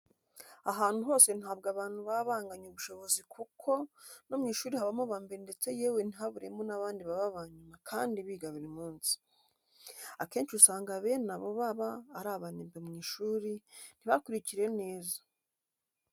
Ahantu hose ntabwo abantu baba banganya ubushobozi kuko no mu ishuri habamo aba mbere ndetse yewe ntihaburemo n'abandi baba aba nyuma kandi biga buri munsi. Akenshi usanga bene abo baba ari abanebwe mu ishuri, ntibakurikire neza.